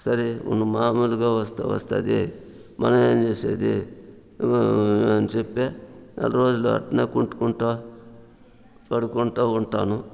సరే మామూలుగా వస్తా వస్తాది మనం ఏమి చేసేది అని చెప్పి నాలుగు రోజులు అట్నే కుంటుకుంటా పడుకుంటా ఉంటాను